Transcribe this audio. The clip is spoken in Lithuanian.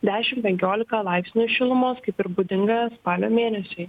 dešim penkiolika laipsnių šilumos kaip ir būdinga spalio mėnesiui